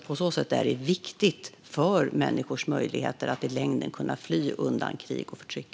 På så sätt är detta viktigt för människors möjligheter att i längden kunna fly undan krig och förtryck.